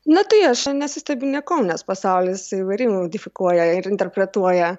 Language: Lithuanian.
na tai aš nesistebiu niekuom nes pasaulis įvairiai modifikuoja ir interpretuoja